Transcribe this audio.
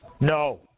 No